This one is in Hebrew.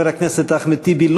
חבר הכנסת אחמד טיבי,